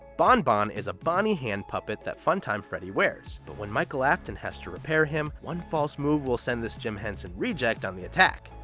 bon-bon is a bonnie hand puppet that funtime freddy wears. but when michael afton has to repair him, one false move will send this jim henson reject on the attack.